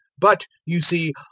but, you see,